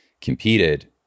competed